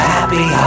Happy